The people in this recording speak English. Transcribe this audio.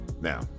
Now